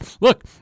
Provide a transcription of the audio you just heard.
Look